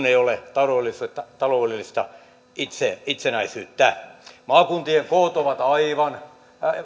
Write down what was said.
ei ole taloudellista itsenäisyyttä maakuntien koot ovat aivan